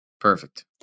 Perfect